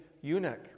eunuch